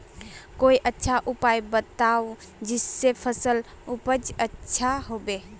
कोई अच्छा उपाय बताऊं जिससे फसल उपज अच्छा होबे